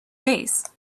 base